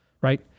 Right